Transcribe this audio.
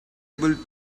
able